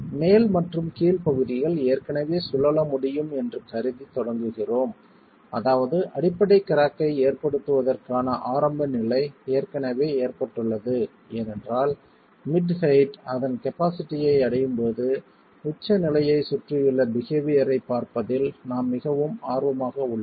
மேல் மற்றும் கீழ் பகுதிகள் ஏற்கனவே சுழல முடியும் என்று கருதி தொடங்குகிறோம் அதாவது அடிப்படை கிராக்கை ஏற்படுத்துவதற்கான ஆரம்ப நிலை ஏற்கனவே ஏற்பட்டுள்ளது ஏனென்றால் மிட் ஹெயிட் அதன் கபாஸிட்டியை அடையும் போது உச்ச நிலையைச் சுற்றியுள்ள பிஹேவியர் ஐப் பார்ப்பதில் நாம் மிகவும் ஆர்வமாக உள்ளோம்